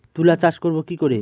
তুলা চাষ করব কি করে?